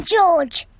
George